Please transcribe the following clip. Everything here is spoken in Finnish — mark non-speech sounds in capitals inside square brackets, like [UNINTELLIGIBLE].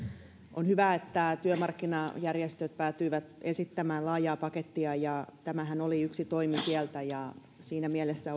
on hyvä että työmarkkinajärjestöt päätyivät esittämään laajaa pakettia ja tämähän oli yksi toimi sieltä siinä mielessä [UNINTELLIGIBLE]